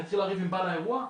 אני אתחיל לריב עם בעל האירוע?